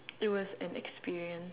it was an experience